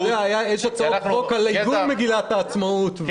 יש הצעות חוק על עיגון מגילת העצמאות,